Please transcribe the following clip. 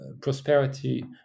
prosperity